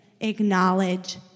Acknowledge